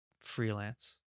freelance